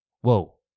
whoa